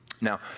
Now